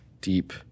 deep